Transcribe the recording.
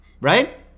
right